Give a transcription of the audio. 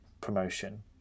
promotion